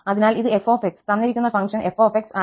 അതിനാൽ ഇത് f തന്നിരിക്കുന്ന ഫംഗ്ഷൻ f